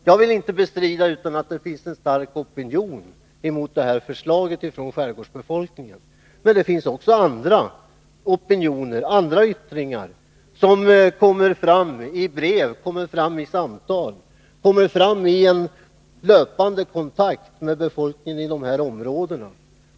Jag vill inte bestrida att det finns en stark opinion mot det här förslaget från skärgårdsbefolkningen. Men det finns också andra opinioner och åsiktsyttringar som kommer fram i brev, samtal och en löpande kontakt med befolkningen i de här områdena.